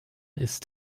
ist